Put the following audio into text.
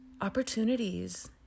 opportunities